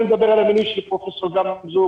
אני אדבר על המינוי של פרופ' גמזו,